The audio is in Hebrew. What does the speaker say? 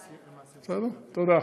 תודה.